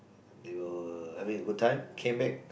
they were having a good time came back